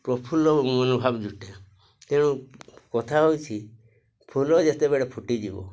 ପ୍ରଫୁଲ୍ଲ ମନ ଭାବ ଜୁଟେ ତେଣୁ କଥା ହେଉଛି ଫୁଲ ଯେତେବେଳେ ଫୁଟିଯିବ